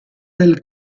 del